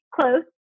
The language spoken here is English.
close